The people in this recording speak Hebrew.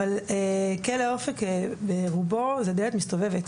כלא אופק רובו זה דלת מסתובבת.